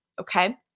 Okay